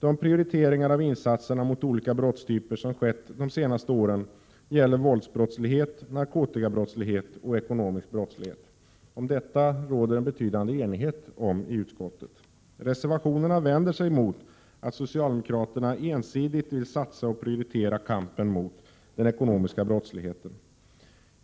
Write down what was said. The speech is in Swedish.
De prioriteringar av insatserna mot olika brottstyper som skett de senaste åren gäller våldsbrottslighet, narkotikabrottslighet och ekonomisk brottslig het. Om detta har det rått betydande enighet i utskottet. Reservationerna vänder sig mot att socialdemokraterna nu ensidigt vill prioritera kampen mot den ekonomiska brottsligheten.